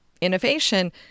innovation